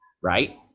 right